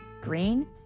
green